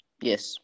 Yes